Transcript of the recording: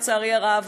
לצערי הרב,